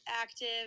active